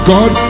God